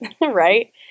right